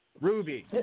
Ruby